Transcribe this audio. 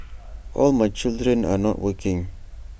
all my children are not working